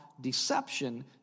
deception